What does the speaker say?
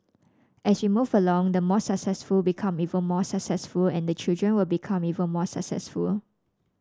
as we move along the more successful become even more successful and the children will become even more successful